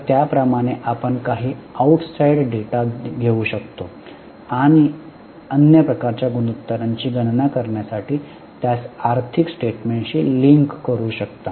तर त्याप्रमाणे आपण काही आऊटसाईड डेटा घेऊ शकता आणि अन्य प्रकारच्या गुणोत्तरांची गणना करण्यासाठी त्यास आर्थिक स्टेटमेंटशी लिंक करू शकता